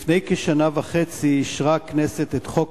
לפני כשנה וחצי אישרה הכנסת את חוק